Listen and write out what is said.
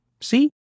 See